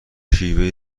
شیوهای